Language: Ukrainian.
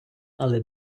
але